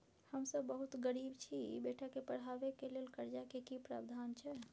हम सब बहुत गरीब छी, बेटा के पढाबै के लेल कर्जा के की प्रावधान छै?